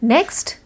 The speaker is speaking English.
Next